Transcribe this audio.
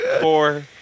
Four